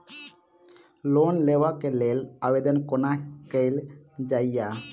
Loan लेबऽ कऽ लेल आवेदन कोना कैल जाइया?